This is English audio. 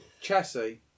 Chassis